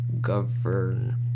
Govern